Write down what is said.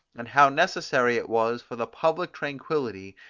and how necessary it was for the public tranquillity,